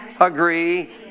agree